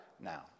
now